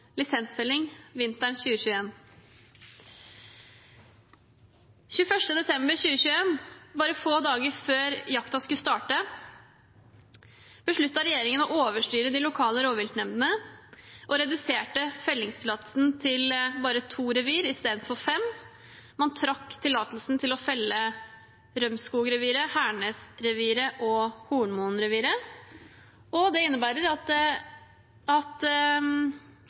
lisensfelling vinteren 2021. Den 21. desember 2021, bare få dager før jakten skulle starte, besluttet regjeringen å overstyre de lokale rovviltnemndene og reduserte fellingstillatelsen til bare to revir i stedet for fem. Man trakk tillatelsen til å felle Rømskog-reviret, Hernes-reviret og Hornmoen-reviret. Det innebærer at